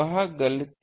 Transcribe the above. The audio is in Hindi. वह गलती है